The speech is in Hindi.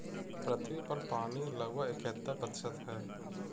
पृथ्वी पर पानी लगभग इकहत्तर प्रतिशत है